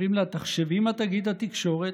אומרים לה: תחשבי מה תגיד התקשורת,